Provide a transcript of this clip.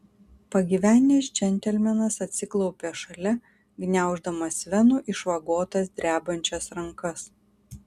pagyvenęs džentelmenas atsiklaupė šalia gniauždamas venų išvagotas drebančias rankas